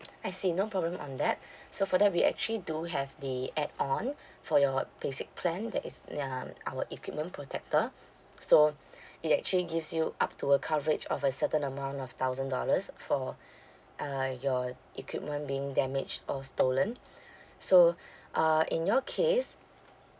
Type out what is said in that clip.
I see no problem on that so for that we actually do have the add-on for your basic plan that is um our equipment protector so it actually gives you up to a coverage of a certain amount of thousand dollars for uh your equipment being damaged or stolen so uh in your case